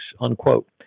unquote